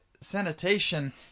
sanitation